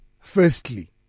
firstly